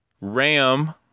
ram